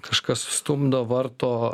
kažkas stumdo varto